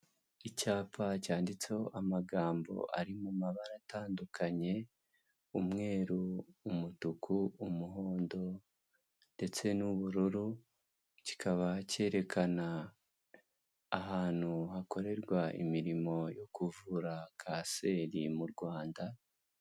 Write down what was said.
Icyapa cyanditseho amagambo ari mu mabara atandukanye umweru, umutuku, umuhondo ndetse n'ubururu, kikaba cyerekana ahantu hakorerwa imirimo yo kuvura Kanseri mu Rwanda.